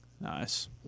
Nice